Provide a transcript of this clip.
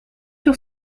sur